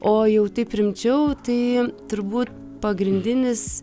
o jau taip rimčiau tai turbūt pagrindinis